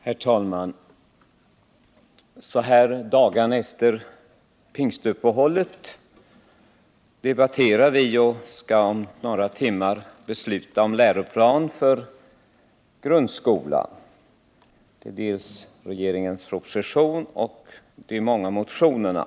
Herr talman! Så här dagarna efter pingstuppehållet debatterar vi och skall om några timmar besluta om läroplan för grundskolan. Såsom underlag har vi regeringens proposition och de många motionerna.